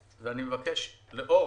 אדוני.